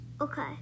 Okay